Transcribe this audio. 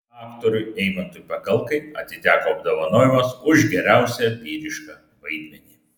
aktoriui eimantui pakalkai atiteko apdovanojimas už geriausią vyrišką vaidmenį